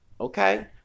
Okay